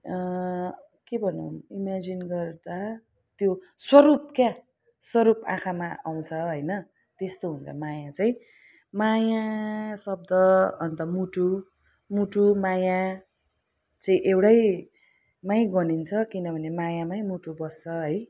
के भनौँ इम्याजिन गर्दा त्यो स्वरूप क्या स्वरूप आँखामा आउँछ होइन त्यस्तो हुन्छ माया चाहिँ माया शब्द अन्त मुटु मुटु माया चाहिँ एउटैमै गनिन्छ किनभने मायामै मुटु बस्छ है